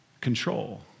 control